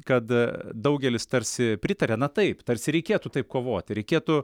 kad daugelis tarsi pritaria na taip tarsi reikėtų taip kovoti reikėtų